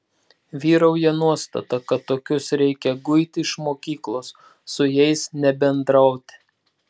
vyrauja nuostata kad tokius reikia guiti iš mokyklos su jais nebendrauti